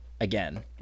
again